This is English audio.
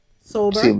Sober